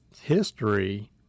history